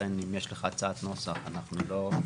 לכן אם יש לך הצעת נוסח אנחנו לא,